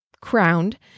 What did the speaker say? crowned